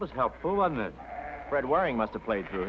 was helpful on the thread worrying about the play through